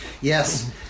Yes